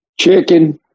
chicken